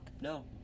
No